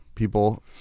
People